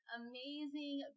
amazing